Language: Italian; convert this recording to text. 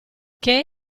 che